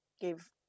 give